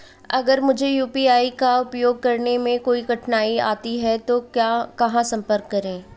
अगर मुझे यू.पी.आई का उपयोग करने में कोई कठिनाई आती है तो कहां संपर्क करें?